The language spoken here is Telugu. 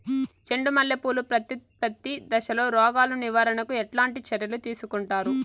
చెండు మల్లె పూలు ప్రత్యుత్పత్తి దశలో రోగాలు నివారణకు ఎట్లాంటి చర్యలు తీసుకుంటారు?